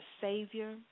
Savior